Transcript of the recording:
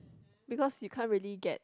because you can't really get